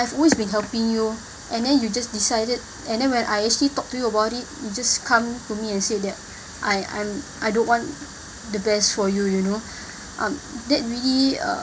I've always been helping you and then you just decided and then when I actually talk to you about it you just come to me and said that I I'm I don't want the best for you you know um that really uh